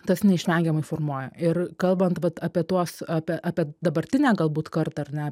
tas neišvengiamai formuoja ir kalbant vat apie tuos apie apie dabartinę galbūt kartą ar ne